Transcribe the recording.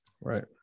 Right